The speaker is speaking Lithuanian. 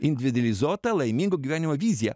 individualizuotą laimingo gyvenimo viziją